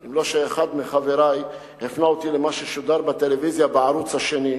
אם לא אחד מחברי שהפנה אותי למה ששודר בטלוויזיה בערוץ-2,